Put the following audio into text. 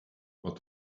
what